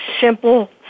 simple